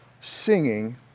Singing